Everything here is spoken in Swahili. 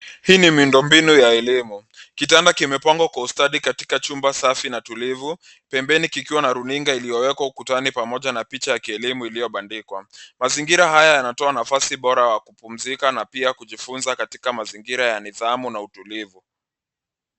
Hii ni miundombinu ya elimu. Kitanda kimepangwa kwa ustadi katika chumba safi na tulivu, pembeni kukiwa na runinga iliyowekwa ukutani pamoja na picha ya kielimu iliyobandikwa. Mazingira haya yanatoa nafasi bora ya kupumzika na pia kujifunza katika mazingira ya nidhamu na utulivu.